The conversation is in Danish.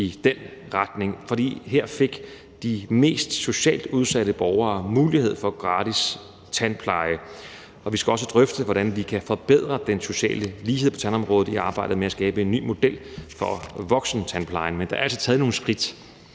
i den retning, for her fik de socialt set mest udsatte borgere mulighed for gratis tandpleje. Vi skal også drøfte, hvordan vi kan forbedre den sociale lighed på tandområdet i arbejdet med at skabe en ny model for voksentandplejen, men der er altså taget nogle skridt.